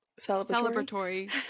Celebratory